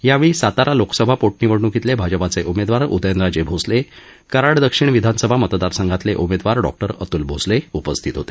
यावेळी सातारा लोकसभा पोटनिवडण्कीतले भाजपाचे उमेदवार उदयनराजे भोसले कराड दक्षिण विधानसभा मतदार संघातले उमेदवार डॉ अत्ल भोसले उपस्थित होते